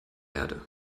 erde